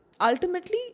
Ultimately